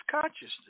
consciousness